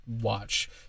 watch